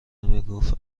میگفت